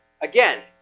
Again